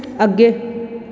ਅੱਗੇ